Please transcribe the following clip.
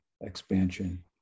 expansion